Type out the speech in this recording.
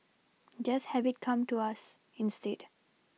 just have it come to us instead